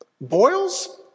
Boils